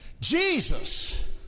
Jesus